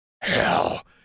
Hell